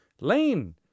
Lane